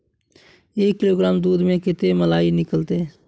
एक किलोग्राम दूध में कते मलाई निकलते?